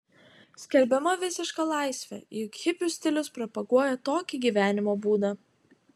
skelbiama visiška laisvė juk hipių stilius propaguoja tokį gyvenimo būdą